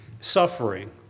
suffering